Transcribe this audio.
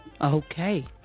Okay